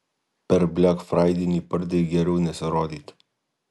per blekfraidienį pardėj geriau nesirodyti